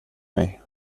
mig